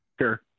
Sure